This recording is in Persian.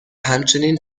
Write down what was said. همچنین